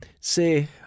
Say